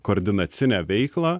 koordinacinę veiklą